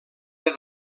del